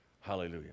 Hallelujah